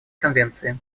конвенции